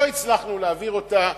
ולא הצלחנו להעביר אותה.